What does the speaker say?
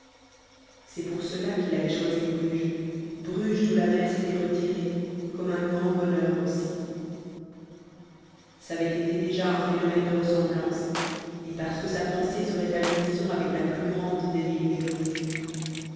c'est pour cela qu'il avait choisi bruges bruges d'où la mer s'était retirée comme un grand bonheur aussi c'avait été déjà un phénomène de ressemblance et parce que sa pensée serait à l'unisson avec la plus grande des villes grises